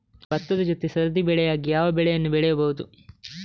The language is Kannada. ಭತ್ತದ ಜೊತೆ ಸರದಿ ಬೆಳೆಯಾಗಿ ಯಾವ ಬೆಳೆಯನ್ನು ಬೆಳೆಯಬಹುದು?